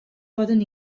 poden